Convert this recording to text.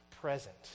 present